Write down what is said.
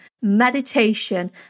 meditation